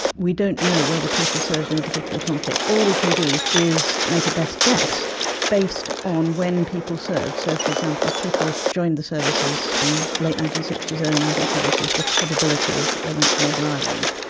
we don't know whether people served in a particular conflict. all we can do is make a best guess based on when people served. so, for example, if people joined the services in the late nineteen sixty s, early nineteen seventy s, the probability is that they went to northern ireland.